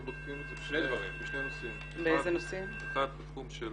יש היערכות בשני נושאים: האחד - בתחום של